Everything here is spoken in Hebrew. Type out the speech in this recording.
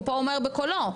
הוא פה אומר בקולו.